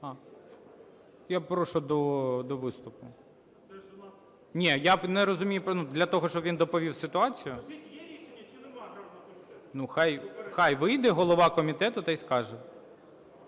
Я прошу до виступу. (Шум у залі) Я не розумію. Для того, щоби він доповів ситуацію? Нехай вийде голова комітету та й скаже,